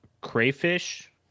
crayfish